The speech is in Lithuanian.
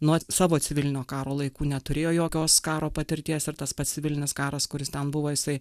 nuo savo civilinio karo laikų neturėjo jokios karo patirties ir tas pats civilinis karas kuris ten buvo jisai